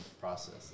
process